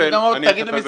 אני אגיד לו מקדמות.